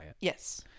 Yes